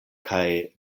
kaj